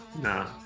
no